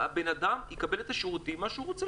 אותו אדם יקבל את השירותים אותם הוא רוצה.